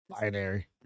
binary